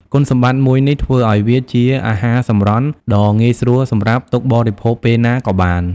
គុណសម្បត្តិមួយនេះធ្វើឲ្យវាជាអាហារសម្រន់ដ៏ងាយស្រួលសម្រាប់ទុកបរិភោគពេលណាក៏បាន។